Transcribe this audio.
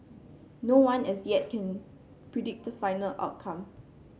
no one as yet can predict the final outcome